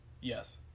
Yes